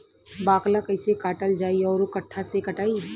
बाकला कईसे काटल जाई औरो कट्ठा से कटाई?